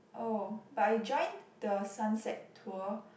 oh but I joined the sunset tour